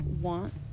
want